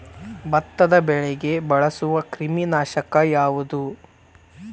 ಭತ್ತದ ಬೆಳೆಗೆ ಬಳಸುವ ಕ್ರಿಮಿ ನಾಶಕ ಯಾವುದು?